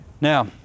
Now